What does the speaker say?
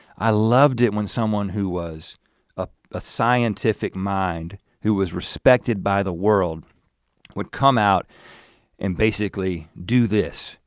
i loved it when someone who was a ah scientific mind, who was respected by the world would come out and basically do this,